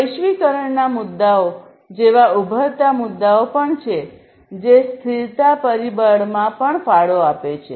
વૈશ્વિકરણના મુદ્દાઓ જેવા ઉભરતા મુદ્દાઓ પણ છે જે સ્થિરતા પરિબળમાં પણ ફાળો આપે છે